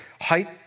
height